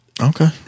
okay